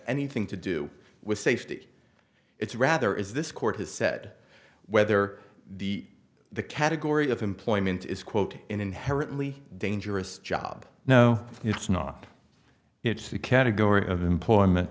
anything to do with safety it's rather is this court has said whether the the category of employment is quote inherently dangerous job no it's not it's the category of employment